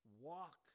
walk